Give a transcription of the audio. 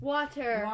Water